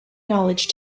knowledge